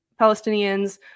Palestinians